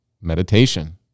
Meditation